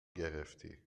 گرفتی